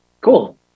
cool